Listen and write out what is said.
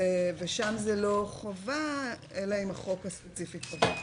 ושם זאת לא חובה, אלא אם החוק הספציפי קבע.